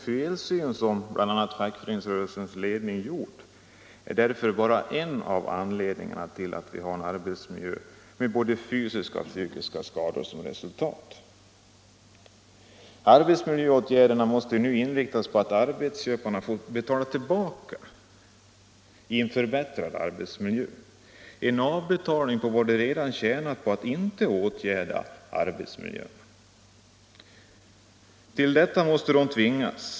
Felsynen från bl.a. fackföreningens ledning är bara en av anledningarna till att vi har en arbetsmiljö som förorsakar både fysiska och psykiska skador. Åtgärderna måste nu inriktas på att arbetsköparna får betala tillbaka i en förbättrad arbetsmiljö, en avbetalning på vad de redan tjänat på att inte åtgärda arbetsmiljön. Till detta måste de tvingas.